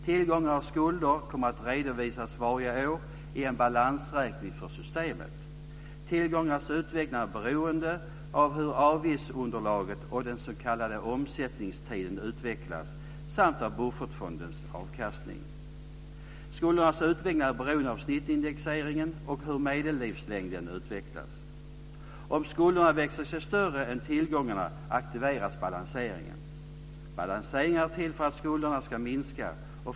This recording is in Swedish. Tillgångarna och skulderna kommer att redovisas varje år i en balansräkning för systemet. Tillgångarnas utveckling är beroende av hur avgiftsunderlaget och den s.k. omsättningstiden utvecklas samt av buffertfondens avkastning. Skuldernas utveckling är beroende av snittindexeringen och av hur medellivslängden utvecklas. Om skulderna växer sig större än tillgångarna aktiveras balanseringen. Balanseringen är till för att skulderna ska minska.